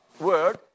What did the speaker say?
word